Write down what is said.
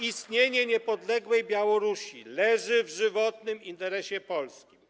Istnienie niepodległej Białorusi leży w żywotnym interesie Polski.